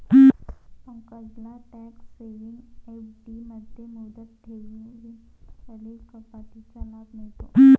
पंकजला tax saving FD मध्ये मुदत ठेवींवरील कपातीचा लाभ मिळतो